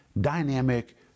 Dynamic